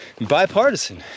bipartisan